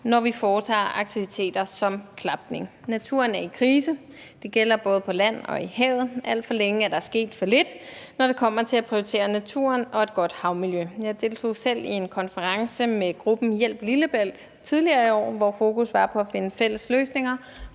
når vi foretager aktiviteter som klapning. Naturen er i krise, og det gælder både på land og i havet. Alt for længe er der sket for lidt, når det kommer til at prioritere naturen og et godt havmiljø. Jeg deltog selv i en konference med gruppen Hjælp Lillebælt tidligere i år, hvor fokus var på at finde fælles løsninger